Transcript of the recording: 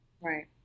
Right